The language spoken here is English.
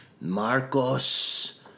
Marcos